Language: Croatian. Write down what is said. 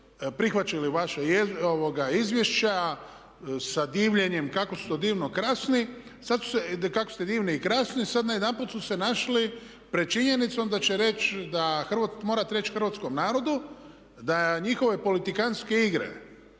prihvaćali vaša izvješća sa divljenjem kako su divni, krasni sad najedanput su se našli pred činjenicom da će reći da morate reći hrvatskom narodu da njihove politikantske igre